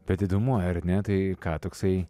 bet įdomu ar ne tai ką toksai